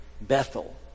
Bethel